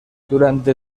durante